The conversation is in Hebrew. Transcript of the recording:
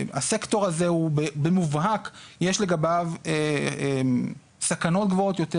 שהסקטור הזה במובהק יש לגביו סכנות גבוהות יותר,